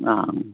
ꯑꯥ